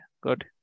good